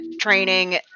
training